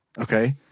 okay